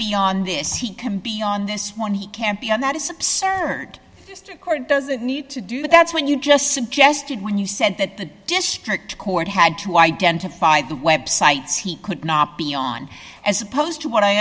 be on this he can be on this one he can't be and that is absurd district court doesn't need to do that that's when you just suggested when you said that the district court had to identify the websites he could not beyond as opposed to what i